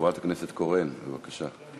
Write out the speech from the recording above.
חברת הכנסת קורן, בבקשה.